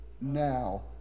Now